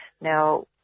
Now